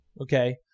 Okay